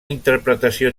interpretació